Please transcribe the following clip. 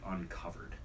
uncovered